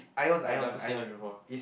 I've never seen it before ah